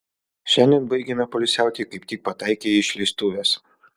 šiandien baigiame poilsiauti kaip tik pataikei į išleistuves